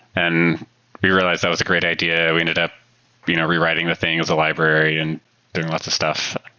and we realized that was a great idea. we ended up you know rewriting the thing as a library and doing lots of stuff.